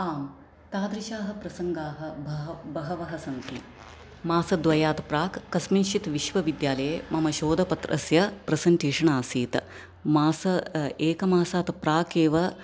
आं तादृशाः प्रसङ्गाः बहवः सन्ति मासद्वयात् प्राक् कस्मिन्श्चित् विश्वविद्यालये मम शोधपत्रस्य प्रसण्टेशन् आसीत् मास एकमासात् प्रागेव